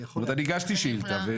אני הגשתי שאילתה,